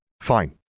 Fine